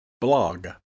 Blog